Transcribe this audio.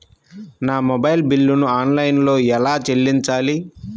నా మొబైల్ బిల్లును ఆన్లైన్లో ఎలా చెల్లించాలి?